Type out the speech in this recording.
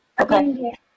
Okay